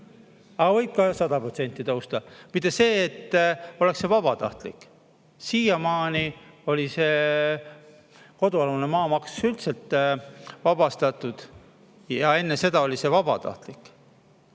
Aga võib ka 100% tõusta. Mitte nii, et see oleks vabatahtlik. Siiamaani oli kodualune maa üldse maksust vabastatud ja enne seda oli see vabatahtlik.